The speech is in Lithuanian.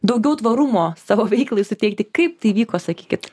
daugiau tvarumo savo veiklai suteikti kaip tai vyko sakykit